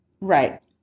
Right